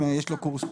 יש לו קורס.